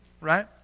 right